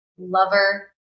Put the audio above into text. lover